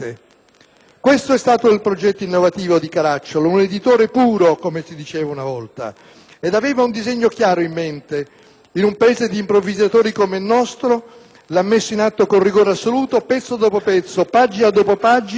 Questo è stato il progetto innovativo di Caracciolo, un «editore puro», come si diceva una volta. Aveva un disegno chiaro in mentre e, in un Paese di improvvisatori come il nostro, l'ha messo in atto con rigore assoluto, pezzo dopo pezzo, pagina dopo pagina,